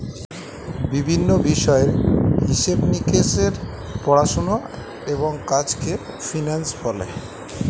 বিভিন্ন বিষয়ের হিসেব নিকেশের পড়াশোনা এবং কাজকে ফিন্যান্স বলে